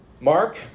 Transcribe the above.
Mark